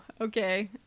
Okay